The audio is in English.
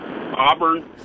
Auburn